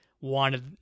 wanted